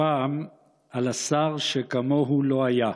והפעם על השר שכמוהו לא היה.